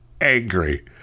angry